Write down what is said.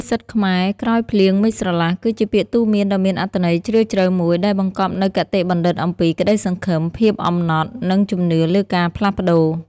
សុភាសិតខ្មែរ ក្រោយភ្លៀង មេឃស្រឡះ គឺជាពាក្យទូន្មានដ៏មានអត្ថន័យជ្រាលជ្រៅមួយ ដែលបង្កប់នូវគតិបណ្ឌិតអំពី ក្តីសង្ឃឹម ភាពអំណត់ និងជំនឿលើការផ្លាស់ប្តូរ។